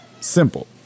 Simple